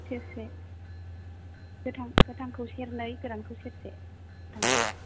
सेरसे गोथां गोथांखौ सेरनै गोरानखौ सेरसे गोथांखौ